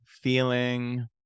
feeling